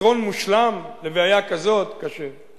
פתרון מושלם לבעיה כזאת, קשה.